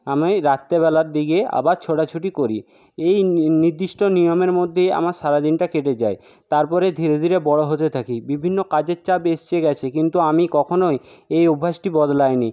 আমি রাত্রে বেলার দিকে আবার ছোটাছুটি করি এই নির্দিষ্ট নিয়মের মধ্যে আমার সারাদিনটা কেটে যায় তার পরে ধীরে ধীরে বড় হতে থাকি বিভিন্ন কাজের চাপ এসেছে গেছে কিন্তু আমি কখনোই এই অভ্যাসটি বদলাইনি